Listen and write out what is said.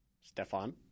Stefan